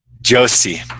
Josie